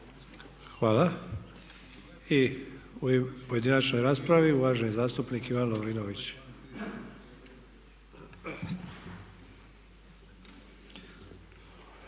Hvala. Za pojedinačnu raspravu uvaženi zastupnik Željko Jovanović.